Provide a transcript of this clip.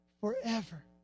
forever